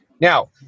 Now